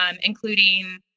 including